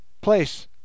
Place